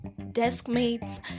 deskmates